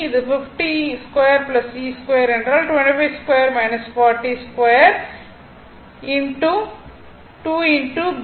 இது 502 c2 என்றால் 252 402